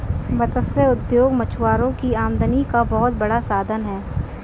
मत्स्य उद्योग मछुआरों की आमदनी का बहुत बड़ा साधन है